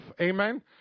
amen